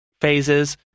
phases